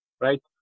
right